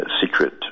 secret